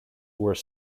were